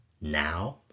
Now